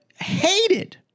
hated